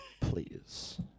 please